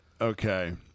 okay